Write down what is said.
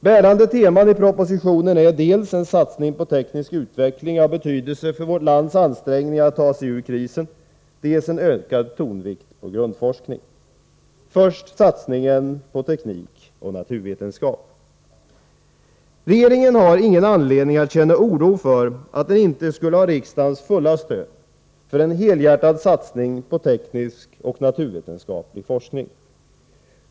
Bärande teman i forskningspropositionen är dels en satsning på teknisk utveckling av betydelse för vårt lands ansträngningar att ta sig ur krisen, dels en ökad tonvikt på grundforskning. Först satsningen på teknik och naturvetenskap: Regeringen har ingen anledning att känna oro för att den inte skulle ha riksdagens fulla stöd för en helhjärtad satsning på teknisk och naturvetenskaplig forskning.